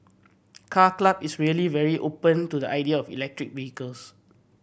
Car Club is really very open to the idea of electric vehicles